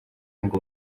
ngo